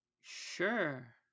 Sure